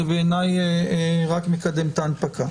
זה בעיניי רק מקדם את ההנפקה,